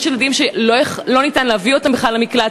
יש ילדים שלא ניתן בכלל להביא אותם למקלט,